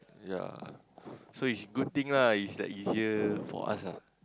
ya so is good thing lah is the easier for us ah